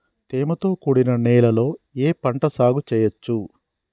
తేమతో కూడిన నేలలో ఏ పంట సాగు చేయచ్చు?